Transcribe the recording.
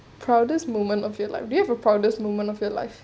proudest moment of your life do you have a proudest moment of your life